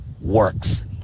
works